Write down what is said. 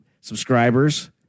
subscribers